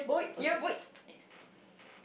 yeboi